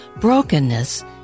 Brokenness